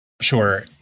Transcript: Sure